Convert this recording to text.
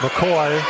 McCoy